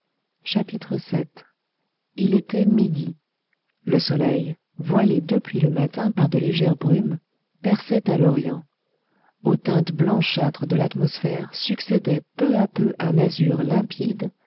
vii il était midi le soleil voilé depuis le matin par de légères brumes perçait à l'orient aux teintes blanchâtres de l'atmosphère succédait peu à peu un azur limpide